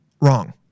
wrong